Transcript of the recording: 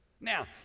now